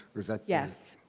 or is that yes.